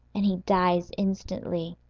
and he dies instantly.